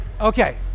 Okay